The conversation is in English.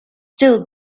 still